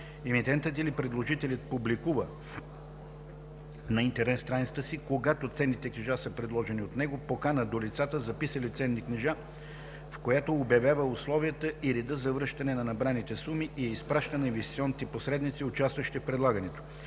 Емитентът или предложителят публикува на интернет страницата си, когато ценните книжа са предложени от него, покана до лицата, записали ценни книжа, в която обявява условията и реда за връщане на набраните суми, и я изпраща на инвестиционните посредници, участващи в предлагането.